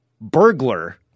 burglar –